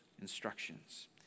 instructions